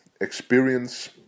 experience